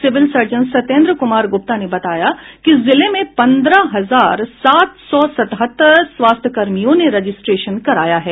civil surgeon Satyendra Kumar Gupta ने बताया कि जिले में पन्द्रह हजार सात सौ सतहत्तर स्वास्थ्यकर्मियों ने रजिस्ट्रेशन कराया है